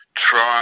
Try